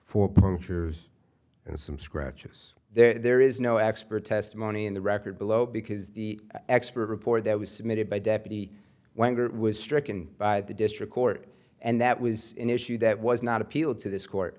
punctures and some scratches there is no expert testimony in the record below because the expert report that was submitted by deputy wonder was stricken by the district court and that was an issue that was not appealed to this court